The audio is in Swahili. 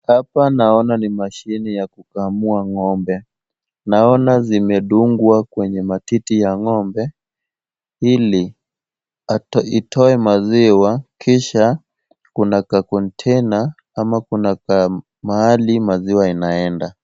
Hapa naona ni mashini ya kukamua ng'ombe. Naona zimedungwa kwenye matiti ya ng'ombe ili itoe maziwa kisha kuna kacontainer ama kuna mahali maziwa inaenda.